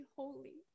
holy